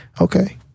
okay